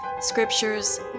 scriptures